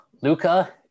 luca